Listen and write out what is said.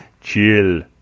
Chill